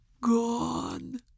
Gone